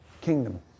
kingdom